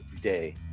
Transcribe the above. day